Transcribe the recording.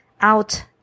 out